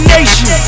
Nation